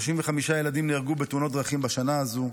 35 ילדים נהרגו בתאונות דרכים בשנה הזאת.